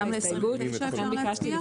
גם על 29 אפשר להצביע?